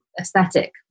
aesthetic